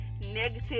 negative